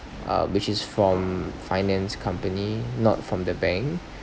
uh which is from finance company not from the bank